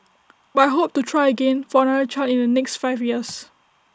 but I hope to try again for another child in the next five years